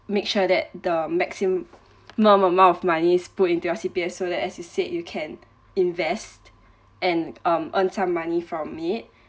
make sure that the maximum amount of money is put into your C_P_F so that as you said you can invest and earn um some money from it